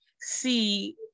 see